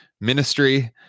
Ministry